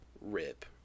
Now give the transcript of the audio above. rip